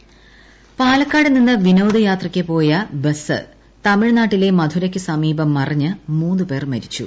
bus അപകടം പാലക്കാട് നിന്നു വിനോദയാത്രക്ക് പോയ ബസ് തമിഴാനാട്ടിലെ മധുരക്ക് സമീപം മറിഞ്ഞ് മൂന്ന് പേർ മരിച്ചു